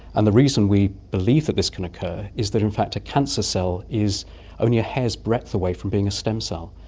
and the reason we believe that this can occur is that in fact a cancer cell is only a hair's breadth away from being a stem cell.